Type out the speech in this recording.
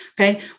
Okay